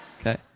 okay